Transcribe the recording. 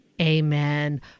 Amen